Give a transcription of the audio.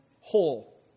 whole